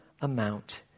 amount